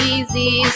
Easy